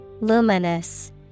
Luminous